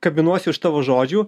kabinuosi už tavo žodžių